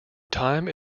time